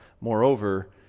Moreover